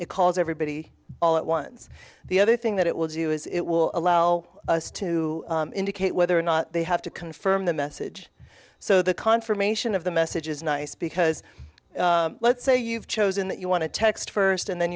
it calls everybody all at once the other thing that it will do is it will allow us to indicate whether or not they have to confirm the message so the confirmation of the message is nice because let's say you've chosen that you want to text first and then